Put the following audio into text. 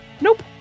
Nope